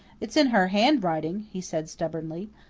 it's in her handwriting, he said stubbornly.